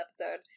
episode